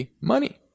money